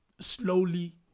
Slowly